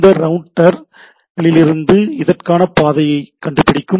இந்த ரவுட்டர் இதிலிருந்து அதற்கான பாதையை கண்டுபிடிக்கும்